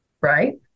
right